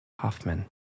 Hoffman